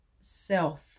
self